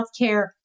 healthcare